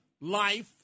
life